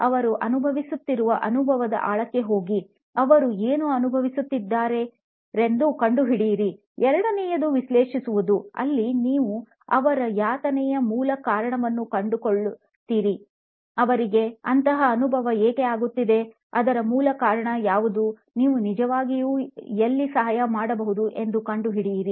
ಅವರು ಅನುಭವಿಸುತ್ತಿರುವ ಅನುಭವದ ಆಳಕ್ಕೆ ಹೋಗಿ ಅವರು ಏನು ಅನುಭವಿಸುತ್ತಿದ್ದಾರೆಂದು ಕಂಡುಹಿಡಿಯಿರಿ ಎರಡನೆಯದು ವಿಶ್ಲೇಷಿಸುವುದು ಅಲ್ಲಿ ನೀವು ಅವರ ಯಾತನೆಯ ಮೂಲ ಕಾರಣವನ್ನು ಕಂಡುಕೊಳ್ಳುತ್ತೀರಿ ಅವರಿಗೆ ಅಂತಹ ಅನುಭವ ಏಕೆ ಆಗಿತ್ತಿದೆ ಅದರ ಮೂಲ ಕಾರಣ ಯಾವುದು ನೀವು ನಿಜವಾಗಿಯೂ ಎಲ್ಲಿ ಸಹಾಯ ಮಾಡಬಹುದು ಎಂದು ಕಂಡುಹಿಡಿಯಿರಿ